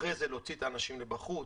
לאחר מכן להוציא את האנשים החוצה.